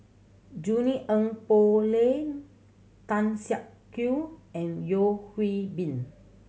Junie Sng Poh Leng Tan Siak Kew and Yeo Hwee Bin